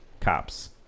cops